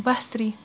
بصری